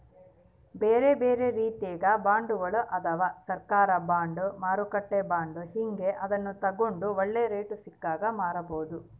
ಬೇರೆಬೇರೆ ರೀತಿಗ ಬಾಂಡ್ಗಳು ಅದವ, ಸರ್ಕಾರ ಬಾಂಡ್, ಮಾರುಕಟ್ಟೆ ಬಾಂಡ್ ಹೀಂಗ, ಅದನ್ನು ತಗಂಡು ಒಳ್ಳೆ ರೇಟು ಸಿಕ್ಕಾಗ ಮಾರಬೋದು